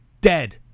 dead